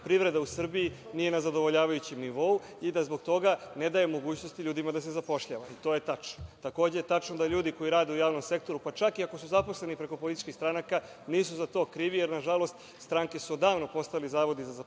privreda u Srbiji nije na zadovoljavajućem nivou i da zbog toga ne daje mogućnosti ljudima da se zapošljavaju. To je tačno. Takođe je tačno da ljudi koji rade u javnom sektoru, pa čak i ako su zaposleni preko političkih stranaka, nisu za to krivi, jer nažalost stranke su odavno postali zavodi za zapošljavanje